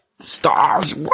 Stars